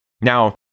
Now